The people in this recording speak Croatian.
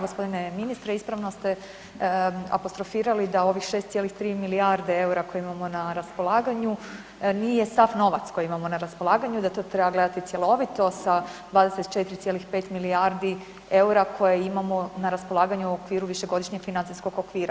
Gospodine ministre ispravno ste apostrofirali da ovih 6,3 milijarde EUR-a koje imamo na raspolaganju nije sav novac koji imamo na raspolaganju da to treba gledati cjelovito sa 24,5 milijardi EUR-a koje imamo na raspolaganju u okviru višegodišnjeg financijskog okvira.